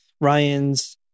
Ryan's